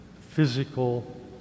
physical